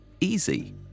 easy